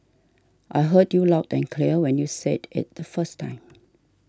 I heard you loud and clear when you said it the first time